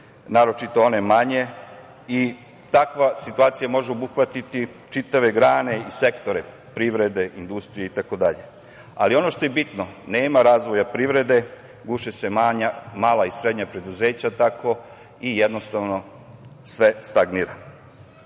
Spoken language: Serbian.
naročito one manje i takva situacija može obuhvatiti čitave grane i sektore privrede, industrije itd, ali, ono što je bitno, nema razvoja privrede, guše se mala i srednja preduzeća tako i, jednostavno, sve stagnira. Možda